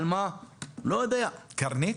"קרנית"?